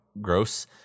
gross